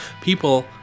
people